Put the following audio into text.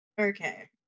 Okay